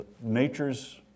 nature's